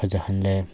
ꯐꯖꯍꯜꯂꯦ